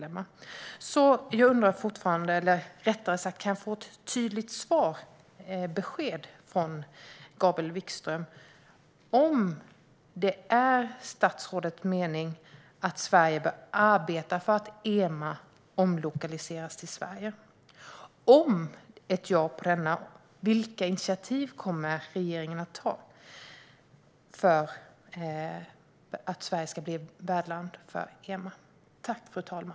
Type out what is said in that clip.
Kan jag få ett tydligt besked från Gabriel Wikström om statsrådet menar att Sverige bör arbeta för att EMA ska omlokaliseras hit? Om svaret är ja undrar jag vilka initiativ regeringen kommer att ta för att Sverige ska bli värdland för EMA.